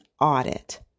audit